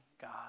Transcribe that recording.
God